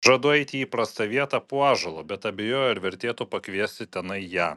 žadu eiti į įprastą vietą po ąžuolu bet abejoju ar vertėtų pakviesti tenai ją